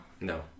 No